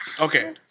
Okay